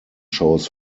shows